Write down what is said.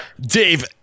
Dave